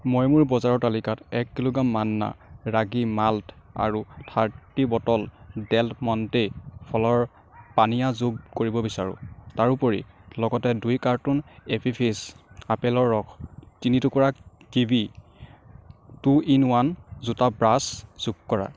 মই মোৰ বজাৰৰ তালিকাত এক কিলোগ্ৰাম মান্না ৰাগী মাল্ট আৰু থাৰ্টি বটল ডেল মণ্টে ফলৰ পানীয় যোগ কৰিব বিচাৰো তাৰোপৰি লগতে দুই কাৰ্টন এপী ফিজ আপেলৰ ৰস তিনি টুকুৰা কিৱি টু ইন ওৱান জোতা ব্ৰাছ যোগ কৰা